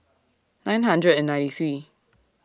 nine hundred and ninety three